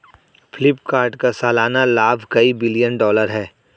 फ्लिपकार्ट का सालाना लाभ कई बिलियन डॉलर है